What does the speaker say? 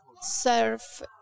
Serve